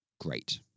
great